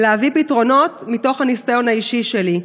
להביא פתרונות מתוך הניסיון האישי שלי.